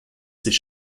sich